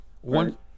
One